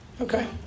Okay